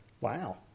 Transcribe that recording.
Wow